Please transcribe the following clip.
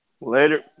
Later